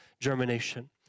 germination